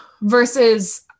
Versus